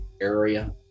area